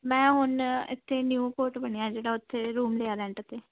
ਮੈਂ ਹੁਣ ਇੱਥੇ ਨਿਊਪੋਟ ਬਣਿਆ ਜਿਹੜਾ ਉੱਥੇ ਰੂਮ ਲਿਆ ਰੈਂਟ 'ਤੇ